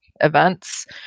events